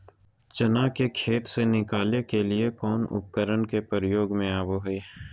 चना के खेत से निकाले के लिए कौन उपकरण के प्रयोग में आबो है?